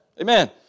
Amen